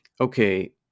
okay